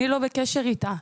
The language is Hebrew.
אני לא בקשר איתה.